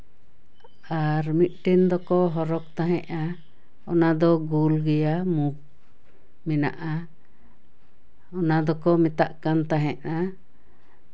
ᱟᱨ ᱢᱤᱫᱴᱮᱱ ᱫᱚᱠᱚ ᱦᱚᱨᱚᱜ ᱛᱟᱦᱮᱸᱫᱼᱟ ᱚᱱᱟᱫᱚ ᱜᱳᱞ ᱜᱮᱭᱟ ᱢᱩᱠᱷ ᱢᱮᱱᱟᱜᱼᱟ ᱚᱱᱟ ᱫᱚᱠᱚ ᱢᱮᱛᱟᱜ ᱠᱟᱱ ᱛᱟᱦᱮᱸᱫᱼᱟ